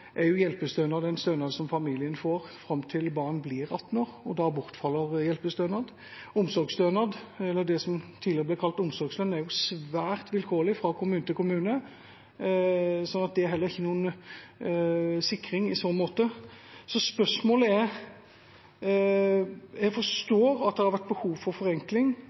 er hjelpestønad en stønad som familien får fram til barnet blir 18 år. Da bortfaller hjelpestønaden. Omsorgsstønad, eller det som tidligere ble kalt omsorgslønn, er svært vilkårlig fra kommune til kommune, så det er heller ikke noen sikring i så måte. Jeg forstår at det har vært behov for forenkling.